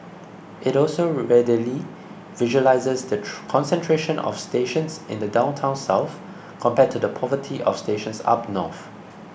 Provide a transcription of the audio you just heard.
it also readily visualises the concentration of stations in the downtown south compared to the poverty of stations up north